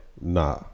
nah